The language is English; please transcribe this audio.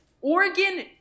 Oregon